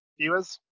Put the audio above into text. viewers